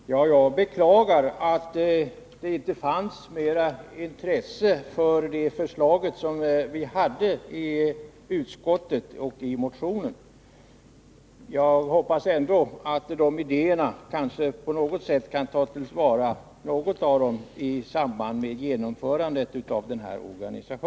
Herr talman! Jag beklagar att det inte fanns mera intresse för det förslag som vi fört fram i utskottet på basis av motionen. Jag hoppas ändå att en del av våra idéer på något sätt kan tas till vara i samband med genomförandet av organisationsförslaget.